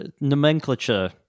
nomenclature